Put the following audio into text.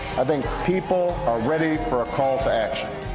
i think people are ready for a call to action.